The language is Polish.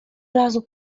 razu